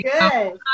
Good